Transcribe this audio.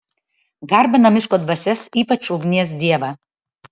garbina miško dvasias ypač ugnies dievą